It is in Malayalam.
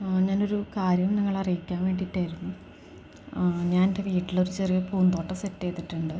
ആ ഞാനൊരു കാര്യം നിങ്ങളെ അറിയിക്കാൻ വേണ്ടിയിട്ടായിരുന്നു ഞാൻ എൻ്റെ വീട്ടിലൊരു ചെറിയ പൂന്തോട്ടം സെറ്റ് ചെയ്തിട്ടുണ്ട്